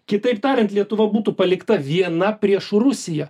kitaip tariant lietuva būtų palikta viena prieš rusiją